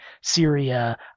Syria